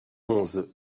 onze